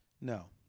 No